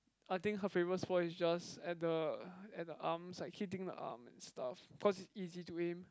I think her favourite spot is just at the at the arms like hitting the arm and stuff cause is easy to aim